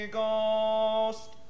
Ghost